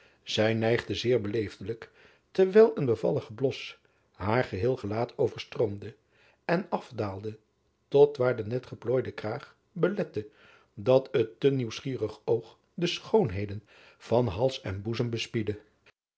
ij neigde zeer beleefdelijk terwijl een bevallig blos haar geheel gelaat overstroomde en afdaalde tot waar de net geplooide kraag belette dat het te nieuwsgierig oog de schoonheden van hals en boezem